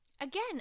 Again